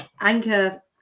Anchor